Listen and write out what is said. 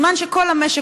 בזמן שכל המשק,